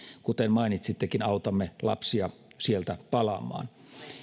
kuten mainitsittekin autamme lapsia sieltä palaamaan